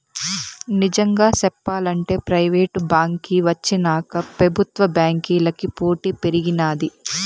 నిజంగా సెప్పాలంటే ప్రైవేటు బాంకీ వచ్చినాక పెబుత్వ బాంకీలకి పోటీ పెరిగినాది